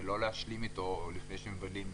ולא להשלים אתו לפני שמבינים